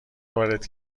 وارد